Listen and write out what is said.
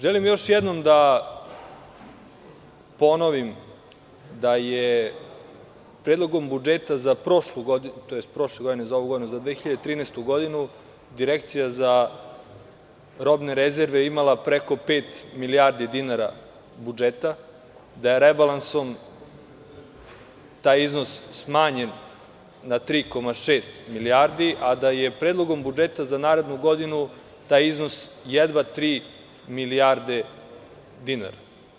Želim još jednom da ponovim da je Predlogom budžeta za 2013. godinu Direkcija za robne rezerve imala preko pet milijardi dinara budžeta, da je rebalansom taj iznos smanjen na 3,6 milijardi, a da je Predlogom budžeta za narednu godinu taj iznos jedva tri milijarde dinara.